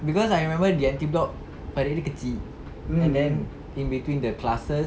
cause I remember D&T block like really kecil and then in between the classes